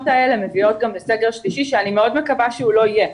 האלה מביאות גם לסגר שלישי שאני מאוד מקווה שהוא לא יהיה.